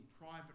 private